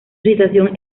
situación